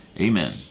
Amen